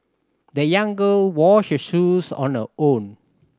the young girl washed her shoes on her own